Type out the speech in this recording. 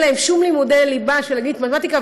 להם שום לימודי ליבה של אנגלית ומתמטיקה,